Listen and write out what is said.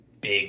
big